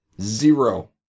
zero